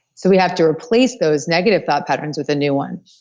so we have to replace those negative thought patterns with a new one.